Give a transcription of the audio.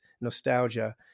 nostalgia